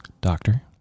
doctor